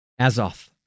Azoth